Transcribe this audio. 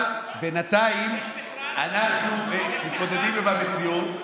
אבל בינתיים אנחנו מתמודדים עם המציאות,